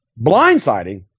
blindsiding